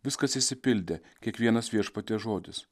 viskas išsipildė kiekvienas viešpaties žodis